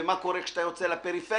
ומה קורה כאשר אתה יוצא לפריפריה,